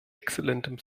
exzellentem